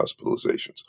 hospitalizations